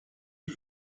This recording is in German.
die